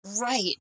Right